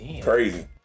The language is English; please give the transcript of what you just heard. Crazy